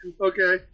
Okay